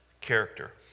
Character